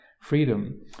freedom